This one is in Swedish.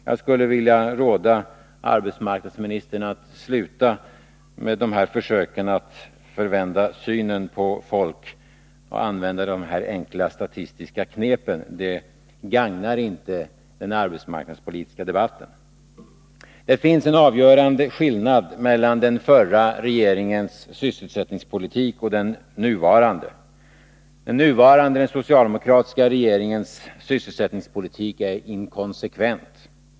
Jag skulle råda arbetsmarknadsministern att sluta med dessa försök att förvända synen på folk genom att använda sådana här enkla statistiska knep. Det gagnar inte den arbetsmarknadspolitiska debatten. Det finns en avgörande skillnad mellan den förra regeringens sysselsättningspolitik och den nuvarande. Den socialdemokratiska regeringens sysselsättningspolitik är inkonsekvent.